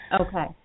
Okay